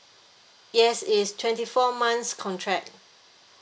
yes it's twenty four months contract